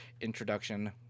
introduction